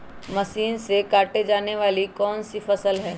Machine से काटे जाने वाली कौन सी फसल है?